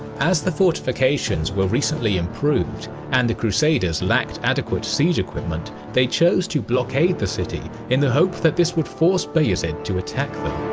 as the fortifications were recently improved and the crusaders lacked adequate siege equipment they chose to blockade the city in the hope that this would force bayezid to attack them.